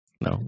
No